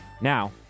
Now